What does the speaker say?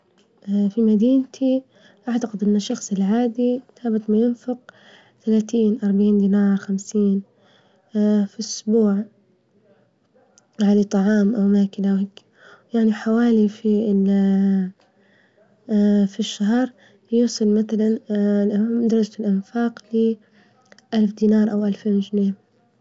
في مدينتي أعتقد إن الشخص العادي ثابت ما ينفق ثلاثين أربعين دينار خمسين في أسبوع، يعني طعام يعني حوالي في في الشهر يوصل متلا درجة الإنفاق ألف دينار أوألفين جنيه.